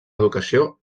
educació